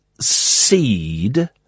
seed